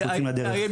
סוף-סוף,